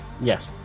Yes